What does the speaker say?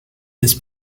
this